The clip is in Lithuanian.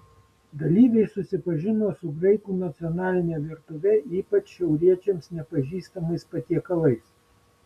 dalyviai susipažino su graikų nacionaline virtuve ypač šiauriečiams nepažįstamais patiekalais